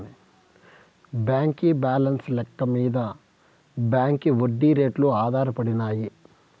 బాంకీ బాలెన్స్ లెక్క మింద బాంకీ ఒడ్డీ రేట్లు ఆధారపడినాయి